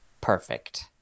perfect